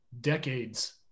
decades